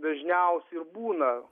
dažniausiai ir būna